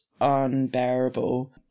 unbearable